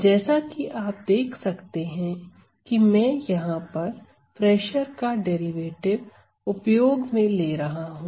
जैसा कि आप देख सकते हैं कि मैं यहां पर प्रेशर का डेरिवेटिव उपयोग में ले रहा हूं